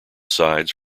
sides